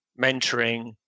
mentoring